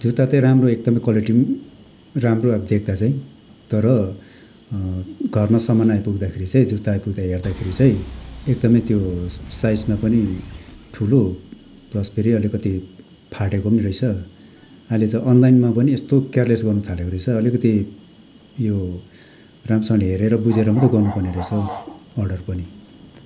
जुत्ता चाहिँ राम्रो एदकम क्वालिटी पनि राम्रो अब देख्दा चाहिँ तर घरमा सामान आइपुग्दाखेरि चाहिँ जुत्ता आइपुग्दा हेर्दाखेरि चाहिँ एकदमै त्यो साइजमा पनि ठुलो प्लस फेरि अलिकति फाटेको पनि रहेछ अहिले त अनलाइनमा पनि यस्तो केयरलेस गर्नु थालेको रहेछ अलिकति यो राम्रोसँगले हेरेर बुझेर मात्र गर्नु पर्ने रहेछ हौ अर्डर पनि